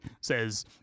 says